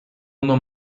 ondo